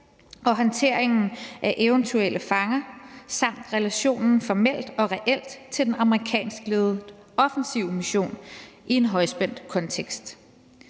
og håndteringen af eventuelle fanger samt relationen formelt og reelt til den amerikanskledede offensive mission i en højspændt kontekst.